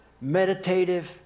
meditative